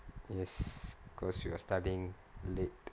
yes because you are studying late